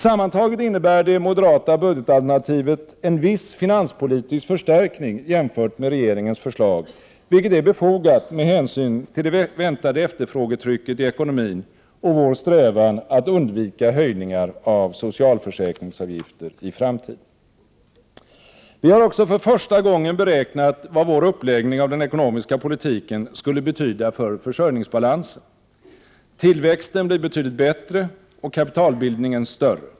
Sammantaget innebär det moderata budgetalternativet en viss finanspolitisk förstärkning jämfört med regeringens förslag, vilket är befogat med hänsyn till det väntade efterfrågetrycket i ekonomin och vår strävan att undvika höjningar av socialförsäkringsavgifter i framtiden. Vi har också för första gången beräknat vad vår uppläggning av den ekonomiska politiken skulle betyda för försörjningsbalansen. Tillväxten blir betydligt bättre och kapitalbildningen större.